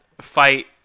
fight